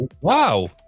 Wow